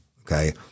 Okay